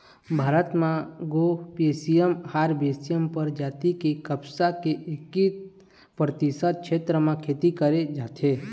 भारत म gossypium herbaceum परजाति के कपसा के एक्कीस परतिसत छेत्र म खेती करे जाथे